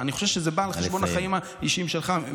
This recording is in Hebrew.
אני חושב שזה בא על חשבון החיים האישיים שלך.